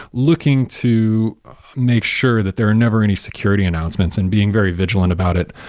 looking to make sure that there are never any security announcements and being very vigilant about it.